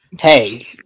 Hey